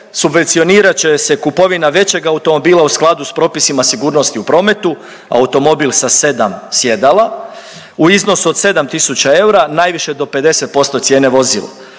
subvencionirat će se kupovina većeg automobila u skladu s propisima sigurnosti u prometu, automobil sa 7 sjedala u iznosu od 7 tisuća eura, najviše do 50% cijene vozila.